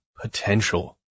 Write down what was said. potential